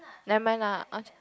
never mind lah or